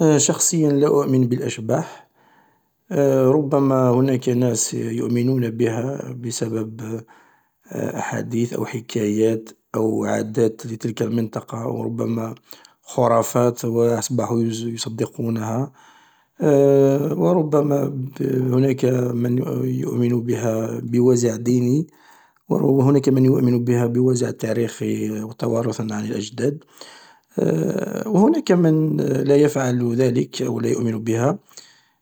﻿شخصيا لا أؤمن بالأشباح ربما هناك ناس يؤمنون بها بسبب أحاديث أو حكايات أو عادات لتلك المنطقة أو ربما خرافات أصبحو يصدقونها. و ربما هناك من يؤمن بها بوازع ديني و هناك من يؤمن بها بوازع تاريخي و توارثا عن الأجداد. و هناك من لا يفعل ذلك و لا يؤمن بها،